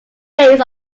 based